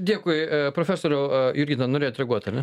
dėkui profesoriau jurgita norėjot reaguot ar ne